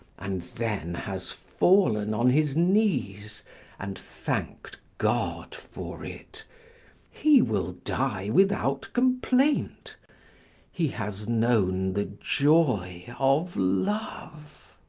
and then has fallen on his knees and thanked god for it he will die without complaint he has known the joy of love.